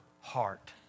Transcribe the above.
heart